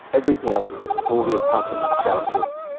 everything else in business, all the accountants, strategists,